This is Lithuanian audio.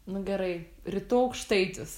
nu gerai rytų aukštaitis